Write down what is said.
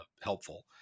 helpful